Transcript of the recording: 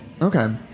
Okay